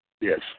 Yes